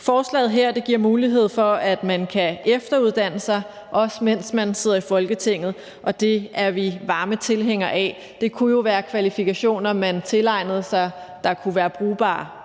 Forslaget her giver mulighed for, at man kan efteruddanne sig, også mens man sidder i Folketinget, og det er vi varme tilhængere af. Det kunne jo være kvalifikationer, man tilegnede sig, der kunne være brugbare